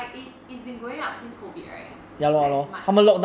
it it's been going up since COVID right like march